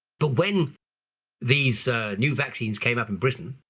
but when these new vaccines came up in britain,